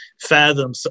fathom